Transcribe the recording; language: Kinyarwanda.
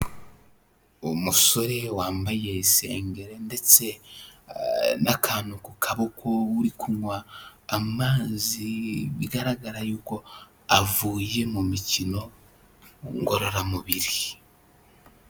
Umusore wambaye isengere ndetse n'akantu ku kaboko, uri kunywa amazi, bigaragara yuko avuye mu mikino ngororamubiri.